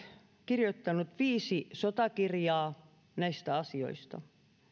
kirjoittanut viisi sotakirjaa näistä asioista